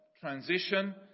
transition